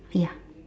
ya